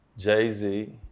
Jay-Z